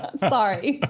sorry.